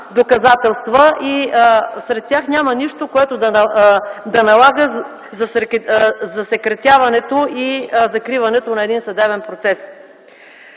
доказателства и сред тях няма нищо, което да налага засекретяването и закриването на един съдебен процес.